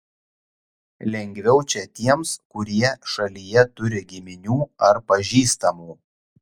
lengviau čia tiems kurie šalyje turi giminių ar pažįstamų